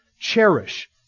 cherish